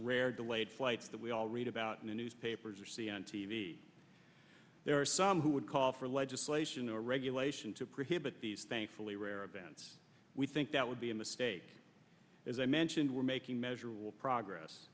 rare delayed flights that we all read about in the newspapers or c n n t v there are some who would call for legislation or regulation to prohibit these thankfully rare events we think that would be a mistake as i mentioned we're making measurable progress